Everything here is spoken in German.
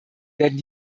werden